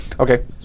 Okay